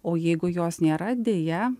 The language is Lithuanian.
o jeigu jos nėra deja